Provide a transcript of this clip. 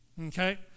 okay